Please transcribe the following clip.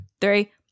three